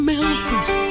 Memphis